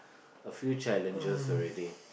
a few challenges already